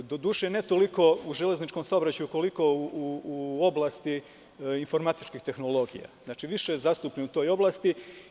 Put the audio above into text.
Doduše, ne toliko u železničkom saobraćaju, koliko u oblasti informatičkih tehnologija, više je zastupljen u toj oblasti.